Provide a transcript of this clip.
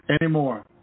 anymore